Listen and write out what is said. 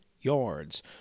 yards